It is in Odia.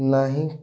ନାହିଁ